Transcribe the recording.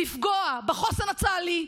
לפגוע בחוסן הצה"לי,